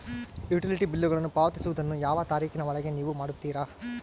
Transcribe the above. Utility ಬಿಲ್ಲುಗಳನ್ನು ಪಾವತಿಸುವದನ್ನು ಯಾವ ತಾರೇಖಿನ ಒಳಗೆ ನೇವು ಮಾಡುತ್ತೇರಾ?